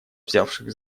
взявшись